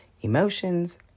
emotions